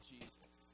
Jesus